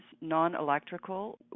non-electrical